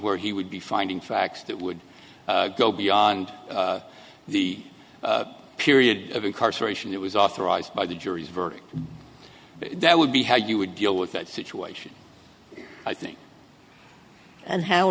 where he would be finding facts that would go beyond the period of incarceration that was authorized by the jury's verdict that would be how you would deal with that situation i think and how